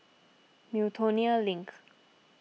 Miltonia Link